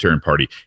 party